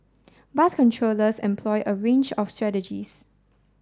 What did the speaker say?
bus controllers employ a range of strategies